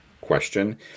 question